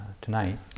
tonight